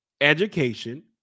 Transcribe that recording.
education